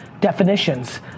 definitions